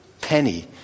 penny